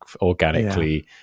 organically